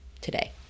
today